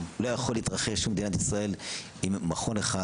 לא יכול להתרחש במדינת ישראל עם מכון אחד